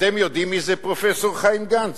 אתם יודעים מי זה פרופסור חיים גנץ,